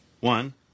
One